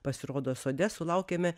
pasirodo sode sulaukėme